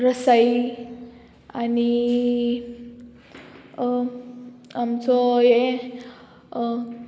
रसाय आनी आमचो ये